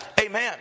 amen